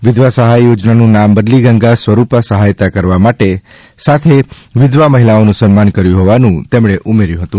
વિધવા સહાય યોજનાનું નામ બદલી ગંગા સ્વરૂપા સહાયતા કરવા સાથે વિધવા મહિલાઓનું સન્માન કર્યુ હોવાનું તેમણે ઉમેર્યું હતું